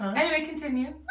um anyway continue.